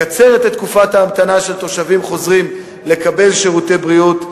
מקצרת את תקופת ההמתנה של תושבים חוזרים לקבלת שירותי בריאות,